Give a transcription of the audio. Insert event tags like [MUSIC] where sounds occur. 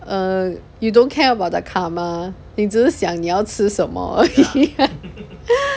err you don't care about the karma 你只是想你要吃什么 [LAUGHS]